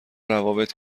روابط